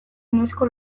noizko